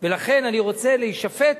לכן אני רוצה להישפט